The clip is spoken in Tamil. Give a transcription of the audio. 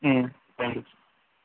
ம் தேங்க் யூ சார்